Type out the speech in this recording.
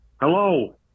hello